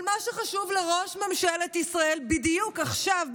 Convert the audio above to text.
אבל מה שחשוב לראש ממשלת ישראל בדיוק עכשיו,